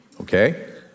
okay